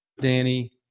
Danny